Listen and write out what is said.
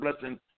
blessing